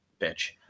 bitch